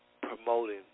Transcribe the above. Promoting